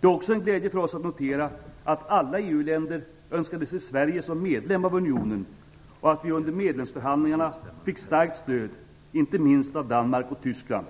Det är också en glädje för oss att notera att alla EU länder önskade se Sverige som medlem av unionen och att vi under medlemsförhandlingarna fick starkt stöd inte minst av Danmark och Tyskland.